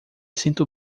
sinto